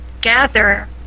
gather